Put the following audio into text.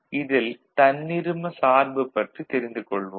இதில் தன்னிரும சார்பு பற்றி தெரிந்துக் கொள்வோம்